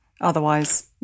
Otherwise